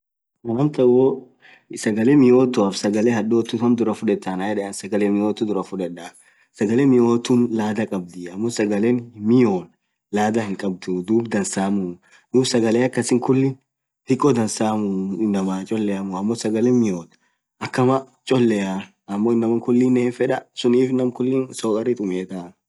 ana amtan woo saghalee miyothuaf sagale hadhothuu tham dhurah fudhethaa anan yedhe anin sagale miyothu dhurah fudhedha sagale miyothu ladhaa khabdhi amo sagale hin miyon ladhaa hinkhabdhu dhub dansamuu dhub sagale akasi khuliin dikko dansamuu nuu inamaa choleamu woo sagale miyothu akamaa cholea ammo inamaa khulinen hinfedha sunif namkhulii sokari tumethaa